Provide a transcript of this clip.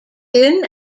thin